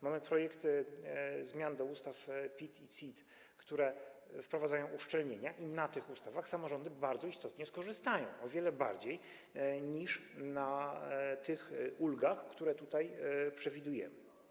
Mamy tu projekt zmian do ustaw o PIT i CIT, które zapewniają uszczelnienie i na tych zmianach samorządy bardzo istotnie skorzystają, o wiele bardziej niż na ulgach, które tutaj przewidujemy.